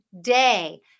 day